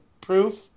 proof